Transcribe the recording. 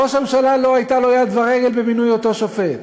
ולראש הממשלה לא הייתה יד ורגל במינוי אותו שופט.